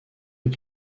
est